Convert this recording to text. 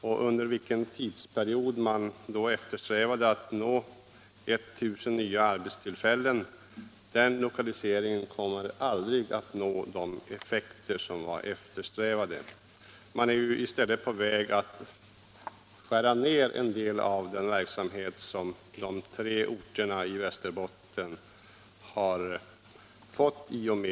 Under denna tidsperiod eftersträvade man att komma upp i 1 000 nya arbetstillfällen, men den effekten av lokaliseringen kommer man aldrig att uppnå. I stället är man på väg att skära ned en del av verksamheten i de tre orterna i Västerbotten.